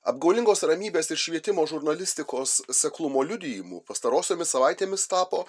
apgaulingos ramybės ir švietimo žurnalistikos seklumo liudijimu pastarosiomis savaitėmis tapo